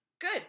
good